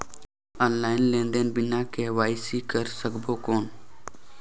Online लेनदेन बिना KYC कर सकबो कौन??